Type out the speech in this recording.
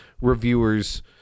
reviewers